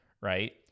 right